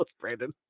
Brandon